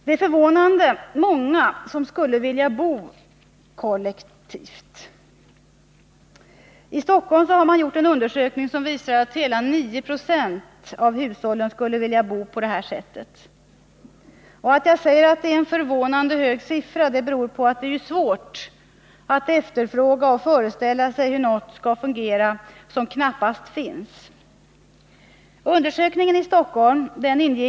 Det är förvånande många som skulle vilja bo kollektivt. I Stockholm har man gjort en undersökning som visar att hela 9 96 av hushållen skulle vilja bo på detta sätt. Att jag säger att det är en förvånande hög siffra beror på att det ju är svårt att efterfråga och föreställa sig hur något skall fungera som knappast finns.